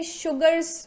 sugars